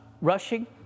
rushing